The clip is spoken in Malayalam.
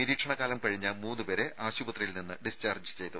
നിരീക്ഷണ കാലം കഴിഞ്ഞ മൂന്ന് പേരെ ആശുപത്രിയിൽ നിന്ന് ഡിസ്ചാർജ് ചെയ്തു